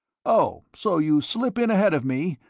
oh, so you slip in ahead of me,